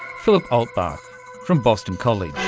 philip altbach from boston college.